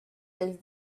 does